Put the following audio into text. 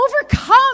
overcome